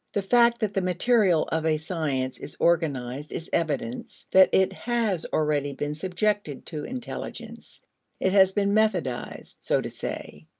the fact that the material of a science is organized is evidence that it has already been subjected to intelligence it has been methodized, so to say.